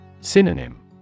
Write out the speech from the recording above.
Synonym